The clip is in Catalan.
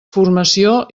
formació